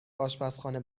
آشپزخانه